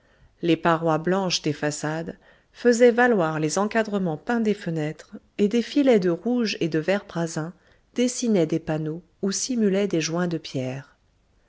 les parois blanches des façades faisaient valoir les encadrements peints des fenêtres et des filets de rouge et de vert prasin dessinaient des panneaux ou simulaient des joints de pierre